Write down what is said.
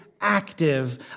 active